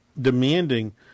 demanding